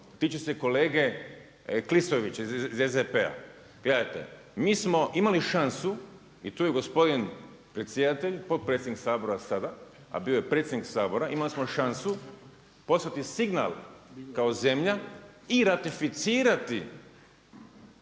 tiče se kolege Klisovića iz SDP-a, gledajte, mi smo imali šansu i tu je gospodin predsjedatelj potpredsjednik Sabora sada, a bio je predsjednik Sabora, imali smo šansu poslati signal kao zemlja i ratificirati